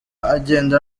agenda